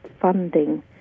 funding